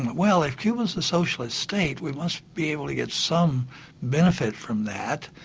well if cuba's a socialist state we must be able to get some benefit from that.